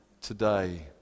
today